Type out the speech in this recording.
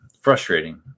frustrating